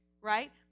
right